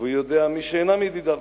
ויודע מי שאינם ידידיו.